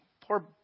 poor